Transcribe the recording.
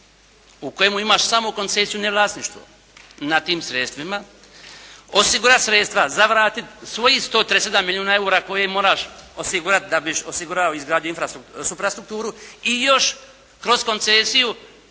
u kojemu imaš samo koncesiju a ne vlasništvo na tim sredstvima, osigurati sredstva za vratiti svojih 137 milijuna eura koje moraš osigurati da bi osigurao izgradnju suprastrukturu. I još kroz koncesiju